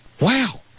wow